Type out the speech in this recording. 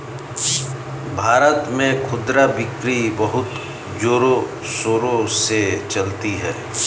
भारत में खुदरा बिक्री बहुत जोरों शोरों से चलती है